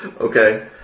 Okay